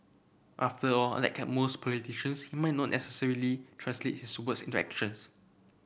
after all like most politicians he might not necessarily translate his words into actions